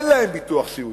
אין להם ביטוח סיעודי.